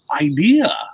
idea